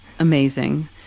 Amazing